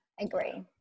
agree